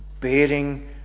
bearing